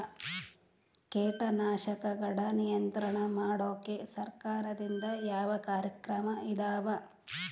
ಕೇಟನಾಶಕಗಳ ನಿಯಂತ್ರಣ ಮಾಡೋಕೆ ಸರಕಾರದಿಂದ ಯಾವ ಕಾರ್ಯಕ್ರಮ ಇದಾವ?